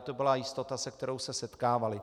To byla jistota, se kterou se setkávaly.